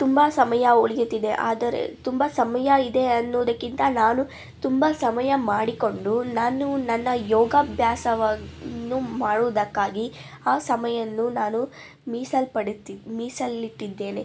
ತುಂಬ ಸಮಯ ಉಳಿಯುತ್ತಿದೆ ಆದರೆ ತುಂಬ ಸಮಯ ಇದೇ ಅನ್ನುವುದಕ್ಕಿಂತ ನಾನು ತುಂಬ ಸಮಯ ಮಾಡಿಕೊಂಡು ನಾನು ನನ್ನ ಯೋಗಾಭ್ಯಾಸವನ್ನು ಮಾಡುವುದಕ್ಕಾಗಿ ಆ ಸಮಯವನ್ನು ನಾನು ಮೀಸಲುಪಡುತ್ತಿ ಮೀಸಲಿಟ್ಟಿದ್ದೇನೆ